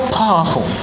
powerful